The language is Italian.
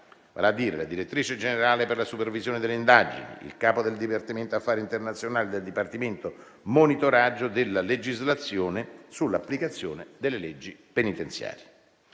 la direttrice generale per la supervisione delle indagini, il capo del dipartimento affari internazionali e del dipartimento monitoraggio della legislazione sull'applicazione delle leggi penitenziarie.